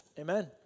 Amen